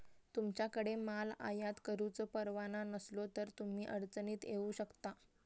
तुमच्याकडे माल आयात करुचो परवाना नसलो तर तुम्ही अडचणीत येऊ शकता